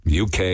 UK